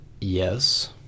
Yes